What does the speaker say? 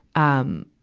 um,